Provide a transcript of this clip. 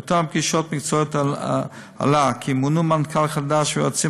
באותן פגישות מקצועיות עלה כי מונו מנכ"ל חדש ויועצים